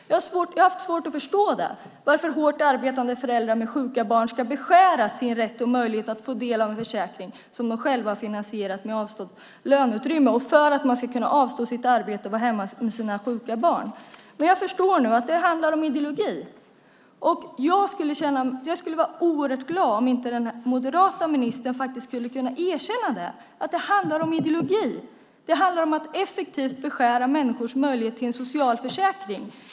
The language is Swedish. Jag har haft svårt att förstå varför hårt arbetande föräldrar med sjuka barn ska beskäras sin rätt och möjlighet att få del av en försäkring som de själva har finansierat med avstått löneutrymme för att de ska kunna avstå från sitt arbete och vara hemma med sina sjuka barn. Jag förstår nu att det handlar om ideologi. Jag skulle bli glad om den moderata ministern kunde erkänna att det handlar om ideologi. Det handlar om att effektivt beskära människors möjlighet till socialförsäkring.